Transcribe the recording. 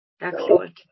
Excellent